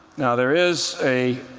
now, there is a